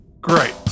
Great